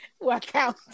Workout